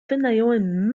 wynająłem